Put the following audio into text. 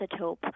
isotope